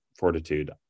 fortitude